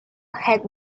had